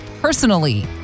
personally